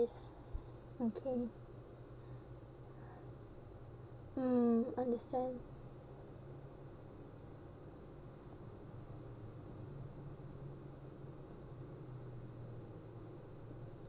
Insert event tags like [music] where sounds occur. ~se okay [noise] mm understand